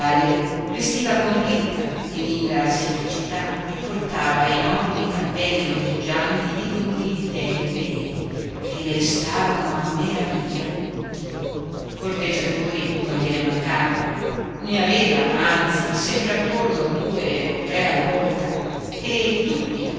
vestiva con ricca e linda semplicità e portava enormi cappelli ondeggianti di lunghi e tenui veli che le stavano a meraviglia corteggiatori non gliene mancavano ne aveva anzi sempre attorno due o tre alla volta e tutti